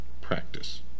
practice